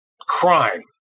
crime